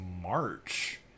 March